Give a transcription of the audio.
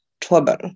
trouble